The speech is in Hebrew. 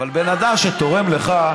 בן אדם שתורם לך,